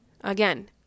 again